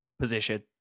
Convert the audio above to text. position